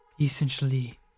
essentially